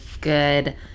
good